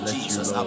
Jesus